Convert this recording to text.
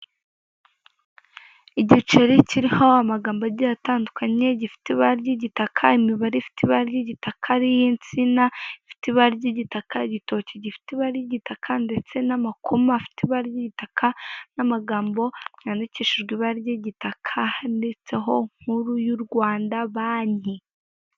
Igiceri kiriho amagambo agiye atandukanye, gifite ibara ry'igitaka imibare ifite ibara ry'igitaka, hariho insina ifite ibara ry'igitaka, igitoki gifite ibara ry'igitaka, ndetse n'amakoma afite ibara ry'igitaka, n'amagambo yandikishije ibara ry'igitaka, handitseho nkuru y'u Rwanda banki.